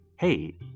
hey